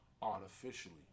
Artificially